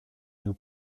nous